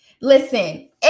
Listen